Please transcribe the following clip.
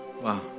Wow